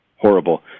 horrible